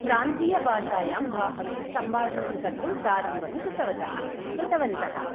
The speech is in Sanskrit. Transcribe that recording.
प्रान्तीयभाषायां सम्भाषणं कर्तुं प्रारम्भं कृतवन्तः कृतवन्तः